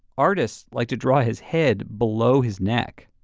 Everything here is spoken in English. artists like to draw his head below his neck.